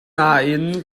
nain